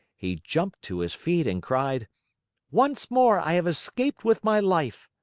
he jumped to his feet and cried once more i have escaped with my life!